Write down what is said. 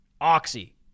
Oxy